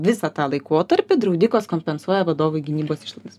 visą tą laikotarpį draudikas kompensuoja vadovui gynybos išlaidas